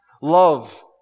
Love